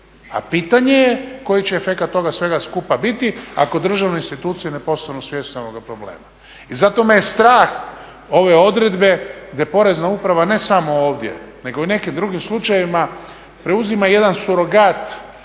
a pitanje je koji će efekat svega toga skupa biti ako državne institucije ne postanu svjesne ovoga problema. I zato me je strah ove odredbe gdje porezna uprava, ne samo ovdje, nego i u nekim drugim slučajevima preuzima jedan surogat